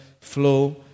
flow